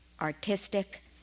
artistic